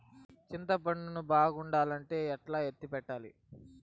చింతపండు ను బాగుండాలంటే ఎట్లా ఎత్తిపెట్టుకోవాలి?